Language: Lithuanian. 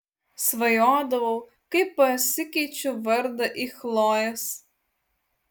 svajodavau kaip pasikeičiu vardą į chlojės